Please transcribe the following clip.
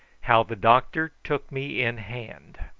how the doctor took me in hand.